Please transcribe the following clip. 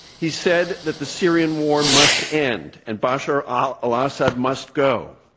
he said that the syrian war must end and bashar ah al-assad must go.